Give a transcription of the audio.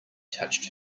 touched